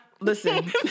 Listen